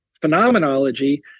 phenomenology